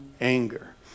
anger